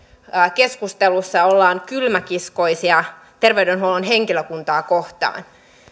keskustelussa ollaan kylmäkiskoisia terveydenhuollon henkilökuntaa kohtaan